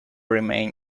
remain